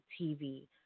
TV